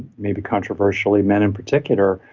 maybe controversially, men in particular,